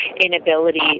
inability